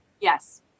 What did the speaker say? Yes